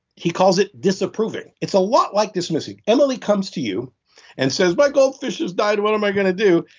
he calls it disapproving. it's a lot like dismissing. emily comes to you and says, my goldfish has died. what am i going to do?